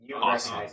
awesome